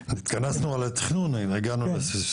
התכנסנו לגבי התכנון והגענו לסבסוד.